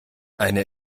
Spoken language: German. eine